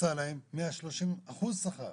- 130 אחוז שכר.